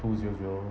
two zero zero